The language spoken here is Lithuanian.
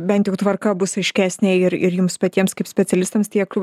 bent jau tvarka bus aiškesnė ir ir jums patiems kaip specialistams tiek